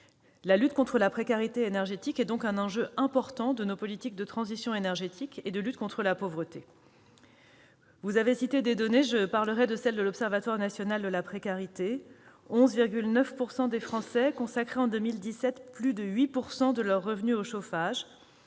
La lutte contre la précarité énergétique est donc un enjeu important de nos politiques de transition énergétique et de lutte contre la pauvreté. Vous avez cité des données, je parlerai de celles de l'Observatoire national de la précarité énergétique : 11,9 % des Français ont consacré, en 2017, plus de 8 % de leurs revenus au chauffage,